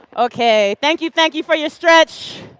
okay. thank you, thank you, for your stretch.